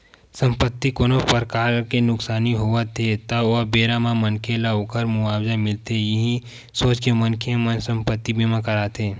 संपत्ति कोनो परकार ले नुकसानी होवत हे ता ओ बेरा म मनखे ल ओखर मुवाजा मिलथे इहीं सोच के मनखे मन संपत्ति बीमा कराथे